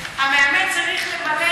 המאמן צריך לוודא,